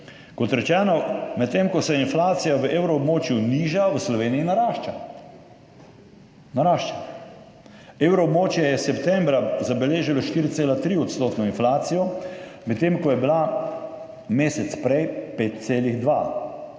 Kot rečeno, medtem ko se inflacija v evroobmočju niža, v Sloveniji narašča. Narašča. Evroobmočje je septembra zabeležilo 4,3-odstotno inflacijo, medtem ko je bila mesec prej 5,2.